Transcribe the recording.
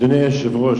אדוני היושב-ראש,